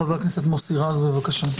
חבר הכנסת מוסי רז, בבקשה.